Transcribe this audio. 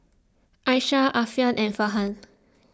Aishah Alfian and Farhan